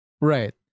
Right